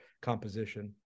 composition